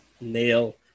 nail